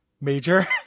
Major